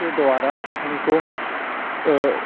के द्वारा उनको